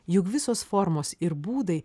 juk visos formos ir būdai